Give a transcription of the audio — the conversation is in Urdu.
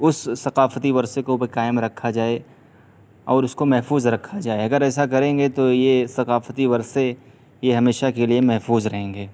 اس ثقافتی ورثے کو بھی قائم رکھا جائے اور اس کو محفوظ رکھا جائے اگر ایسا کریں گے تو یہ ثقافتی ورثے یہ ہمیشہ کے لیے محفوظ رہیں گے